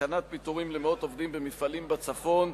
סכנת פיטורים למאות עובדים במפעלים בצפון,